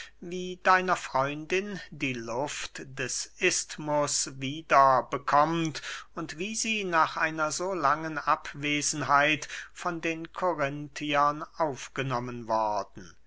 wie deiner freundin die luft des isthmus wieder bekommt und wie sie nach einer so langen abwesenheit von den korinthiern aufgenommen worden